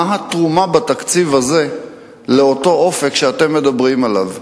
מה התרומה בתקציב הזה לאותו אופק שאתם מדברים עליו,